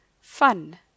fun